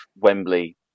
Wembley